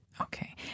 Okay